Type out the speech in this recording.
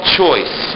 choice